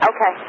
Okay